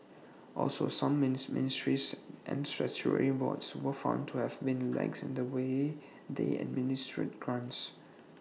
also some ministries and statutory boards were found to have been lax in the way they administered grants